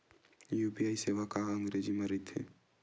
UPI सेवा का अंग्रेजी मा रहीथे?